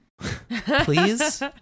Please